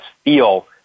feel